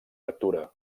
lectura